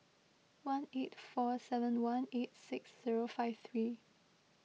one eight four seven one eight six zero five three